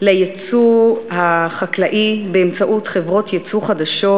לייצוא החקלאי באמצעות חברות ייצוא חדשות,